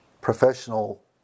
professional